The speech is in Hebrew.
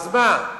אז מה,